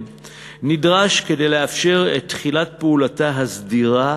נדרש כדי לאפשר את תחילת פעולתה הסדירה